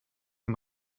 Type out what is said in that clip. den